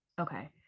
okay